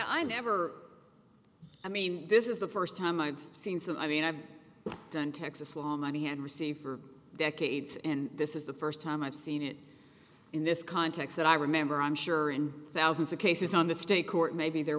i never i mean this is the first time i've seen some i mean i've done texas law money and received for decades and this is the first time i've seen it in this context that i remember i'm sure in thousands of cases on the state court maybe there